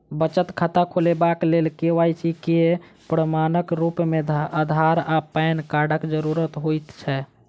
बचत खाता खोलेबाक लेल के.वाई.सी केँ प्रमाणक रूप मेँ अधार आ पैन कार्डक जरूरत होइ छै